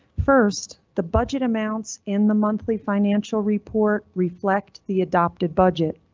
first, the budget amounts in the monthly financial report reflect the adopted budget.